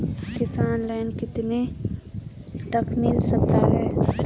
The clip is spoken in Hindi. किसान लोंन कितने तक मिल सकता है?